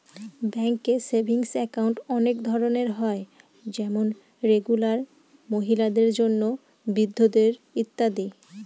ব্যাঙ্কে savings account অনেক ধরনের হয় যেমন রেগুলার, মহিলাদের জন্য, বৃদ্ধদের ইত্যাদি